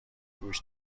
گوش